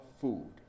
food